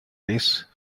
race